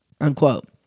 unquote